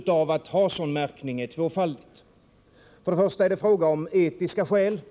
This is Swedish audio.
Till att börja med är det fråga om etiska skäl.